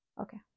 Okay